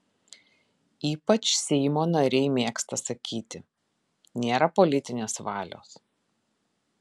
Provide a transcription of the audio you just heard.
ypač seimo nariai mėgsta sakyti nėra politinės valios